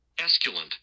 Esculent